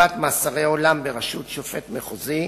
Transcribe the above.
לקציבת מאסרי עולם בראשות שופט מחוזי,